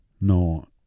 no